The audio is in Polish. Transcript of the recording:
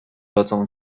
rodzą